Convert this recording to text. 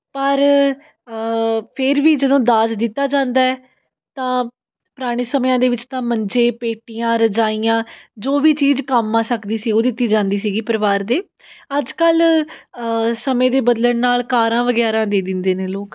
ਪਰ ਫਿਰ ਵੀ ਜਦੋਂ ਦਾਜ ਦਿੱਤਾ ਜਾਂਦਾ ਹੈ ਤਾਂ ਪੁਰਾਣੇ ਸਮਿਆਂ ਦੇ ਵਿੱਚ ਤਾਂ ਮੰਜੇ ਪੇਟੀਆਂ ਰਜਾਈਆਂ ਜੋ ਵੀ ਚੀਜ਼ ਕੰਮ ਆ ਸਕਦੀ ਸੀ ਉਹ ਦਿੱਤੀ ਜਾਂਦੀ ਸੀਗੀ ਪਰਿਵਾਰ ਦੇ ਅੱਜ ਕੱਲ੍ਹ ਸਮੇਂ ਦੇ ਬਦਲਣ ਨਾਲ ਕਾਰਾਂ ਵਗੈਰਾ ਦੇ ਦਿੰਦੇ ਨੇ ਲੋਕ